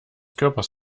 körpers